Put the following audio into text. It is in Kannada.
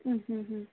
ಹ್ಞೂ ಹ್ಞೂ ಹ್ಞೂ